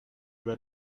were